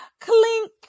clink